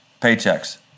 Paychecks